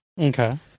Okay